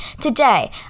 Today